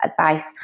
advice